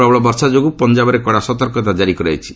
ପ୍ରବଳ ବର୍ଷା ଯୋଗୁଁ ପଞ୍ଜାବରେ କଡ଼ା ସତର୍କତା ଜାରି କରାଯାଇଛି